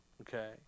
okay